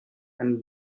and